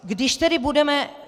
Když tedy budeme...